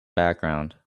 background